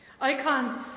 Icons